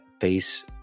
face